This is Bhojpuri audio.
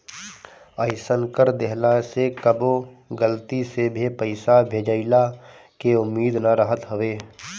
अइसन कर देहला से कबो गलती से भे पईसा भेजइला के उम्मीद ना रहत हवे